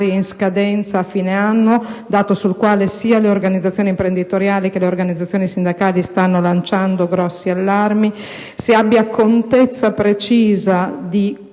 in scadenza a fine anno, dato sul quale sia le organizzazioni imprenditoriali che le organizzazioni sindacali stanno lanciando gravi allarmi; se abbia contezza precisa di quanti